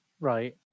Right